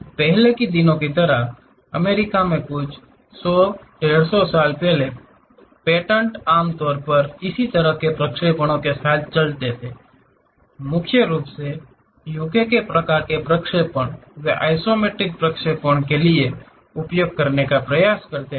पहले के दिनों की तरह अमेरिका में कुछ 100 150 साल पहले पेटेंट आमतौर पर इस तरह के प्रक्षेपणों के साथ चलते थे मुख्य रूप से यूके के प्रकार के प्रक्षेपण वे आइसोमेट्रिक प्रक्षेपणों के लिए उपयोग करने का प्रयास करते थे